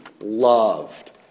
loved